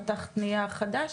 פתחת נייר חדש?